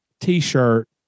t-shirt